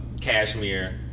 cashmere